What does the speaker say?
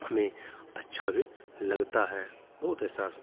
हमें अच्छा भी लगता है बहुत ऐसा